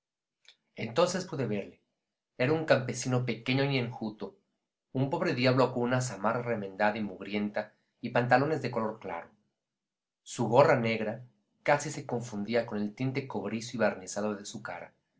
entonces pude verle era un campesino pequeño y enjuto un pobre diablo con una zamarra remendada y mugrienta y pantalones de color claro su gorra negra casi se confundía con el tinte cobrizo y barnizado de su cara